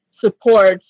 supports